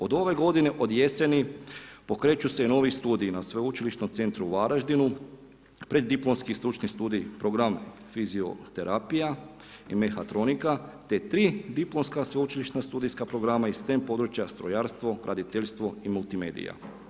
Od ove godine od jeseni pokreću se novi studiji na Sveučilišnom centru u Varaždinu Preddiplomski stručni studij program Fizioterapija i Mehatronika te tri diplomska sveučilišna studijska programa iz STEN područja Strojarstvo, Graditeljstvo i Multimedija.